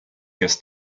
guest